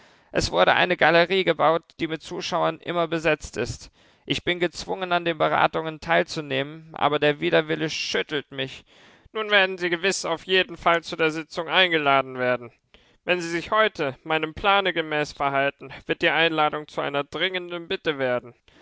es wurde eine galerie gebaut die mit zuschauern immer besetzt ist ich bin gezwungen an den beratungen teilzunehmen aber der widerwille schüttelt mich nun werden sie gewiß auf jeden fall zu der sitzung eingeladen werden wenn sie sich heute meinem plane gemäß verhalten wird die einladung zu einer dringenden bitte werden